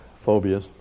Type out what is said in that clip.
phobias